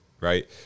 right